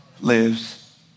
lives